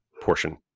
portion